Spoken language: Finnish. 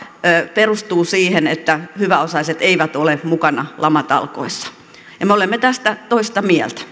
perustuu siihen että hyväosaiset eivät ole mukana lamatalkoissa me olemme tästä toista mieltä